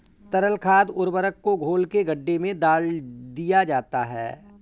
तरल खाद उर्वरक को घोल के गड्ढे में डाल दिया जाता है